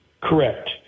Correct